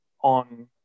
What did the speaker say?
on